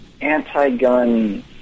anti-gun